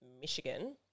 Michigan